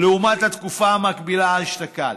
לעומת התקופה המקבילה אשתקד.